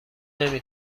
نمی